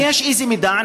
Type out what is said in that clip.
והאם יש איזה מידע,